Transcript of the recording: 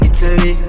Italy